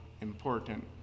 important